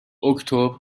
اکتبر